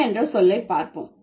பெண் என்ற சொல்லைப் பார்ப்போம்